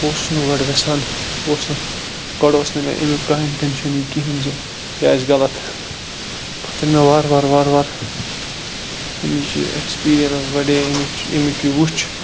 اوسُس نہٕ گۄڈٕ یَژھان اوسُس نہٕ گۄڈٕ اوس نہٕ مےٚ امیُک کَہٕنۍ ٹینشَن یہِ کِہیٖنۍ زِ تہِ آسہِ غَلَط پَتہٕ ییٚلہِ مےٚ وار وار وار وار اَمِچ یہِ ایٚکسپیٖریَنس بَڑے اَمِچ امیُک یہِ وٕچھ